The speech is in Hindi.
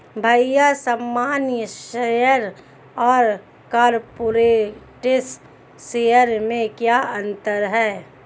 भैया सामान्य शेयर और कॉरपोरेट्स शेयर में क्या अंतर है?